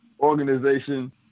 organization